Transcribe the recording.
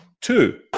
two